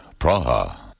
Praha